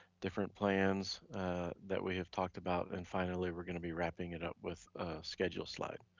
different plans that we have talked about, and finally we're gonna be wrapping it up with a schedule slide.